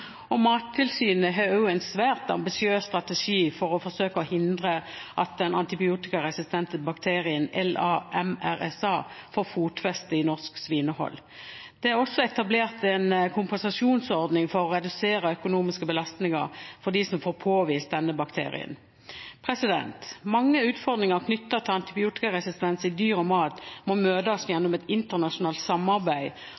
Mattilsynet har også en svært ambisiøs strategi for å forsøke å hindre at den antibiotikaresistente bakterien LA-MRSA får fotfeste i norsk svinehold. Det er også etablert en kompensasjonsordning for å redusere økonomiske belastninger for dem som får påvist denne bakterien. Mange utfordringer knyttet til antibiotikaresistens i dyr og mat må møtes gjennom et internasjonalt samarbeid,